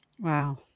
Wow